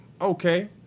okay